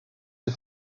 ses